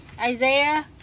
Isaiah